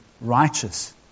righteous